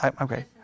Okay